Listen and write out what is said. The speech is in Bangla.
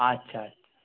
আচ্ছা আচ্ছা